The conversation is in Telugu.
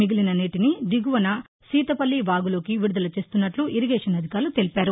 మిగిలిన నీటిని దిగువన సీతపల్లి వాగులోకి విడుదల చేస్తున్నట్లు ఇరిగేషన్ అధికారులు తెలిపారు